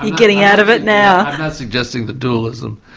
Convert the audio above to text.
getting out of it now. i'm not suggesting that dualism.